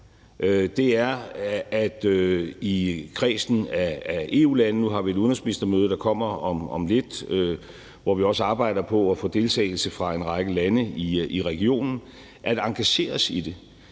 i det i kredsen af EU-lande. Nu har vi et udenrigsministermøde, der kommer om lidt, hvor vi også arbejder på at få deltagelse fra en række lande i regionen. Vi kunne også løfte